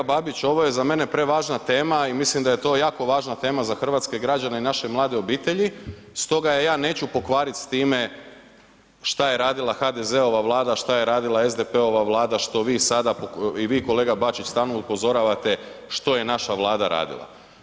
Kolega Babić ovo je za mene prevažna tema i mislim da je to jako važna tema za hrvatske građane i naše mlade obitelji, stoga ja je neću pokvarit s time šta je radila HDZ-ova vlada, šta je radila SDP-ova vlada što vi sada i kolega Bačić stalno upozoravate što je naša vlada radila.